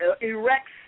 erects